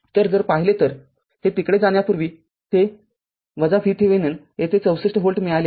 तरजर पाहिले तर हे तिकडे जाण्यापूर्वी ते VThevenin येथे ६४ व्होल्ट मिळाले आहे